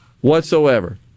whatsoever